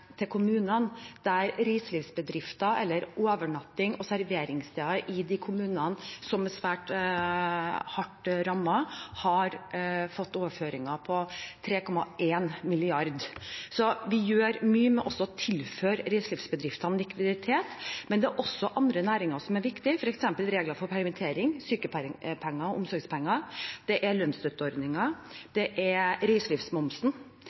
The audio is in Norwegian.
kommunene, der reiselivsbedrifter eller overnattings- og serveringssteder i de kommunene som er svært hardt rammet, har fått overføringer på 2,6 mrd. kr. Så vi gjør mye med å tilføre reiselivsbedriftene likviditet. Men det er også andre områder som er viktige, f.eks. regler for permittering, sykepenger og omsorgspenger, det er